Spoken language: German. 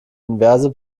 inverse